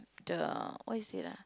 the what is it ah